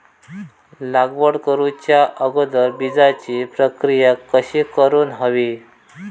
लागवड करूच्या अगोदर बिजाची प्रकिया कशी करून हवी?